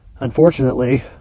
Unfortunately